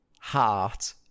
heart